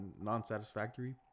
non-satisfactory